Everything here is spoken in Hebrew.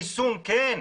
ריסון כן.